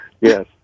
Yes